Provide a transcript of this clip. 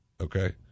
Okay